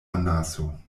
anaso